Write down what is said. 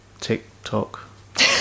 TikTok